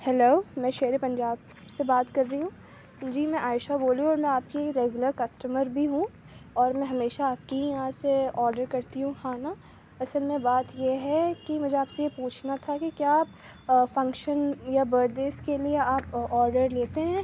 hello میں شیر پنجاب سے بات کر رہی ہوں جی میں عائشہ بول رہی ہوں اور میں آپ کی ریگولر کسٹمر بھی ہوں اور میں ہمیشہ آپ کے ہی یہاں سے آڈر کرتی ہوں کھانا اصل میں بات یہ ہے کہ مجھے آپ سے یہ پوچھنا تھا کہ کیا فنکشن یا برتھ ڈے کے لیے آپ آڈر لیتے ہیں